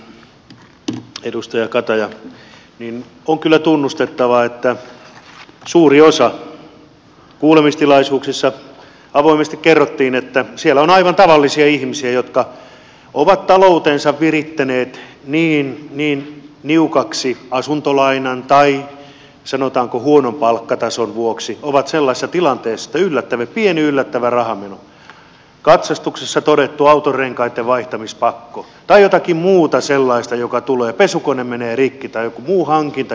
toisin kuin edustaja kataja on kyllä tunnustettava että kuulemistilaisuuksissa avoimesti kerrottiin että suuri osa siellä on aivan tavallisia ihmisiä jotka ovat taloutensa virittäneet niin niin niukaksi asuntolainan tai sanotaanko huonon palkkatason vuoksi ja ovat sellaisessa tilanteessa että kun tulee pieni yllättävä rahanmeno katsastuksessa todettu autonrenkaitten vaihtamispakko tai jotakin muuta sellaista mitä tulee pesukone menee rikki tai joku muu hankinta joka sillä hankitaan niin joutuvat lainaamaan